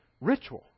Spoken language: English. ritual